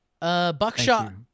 Buckshot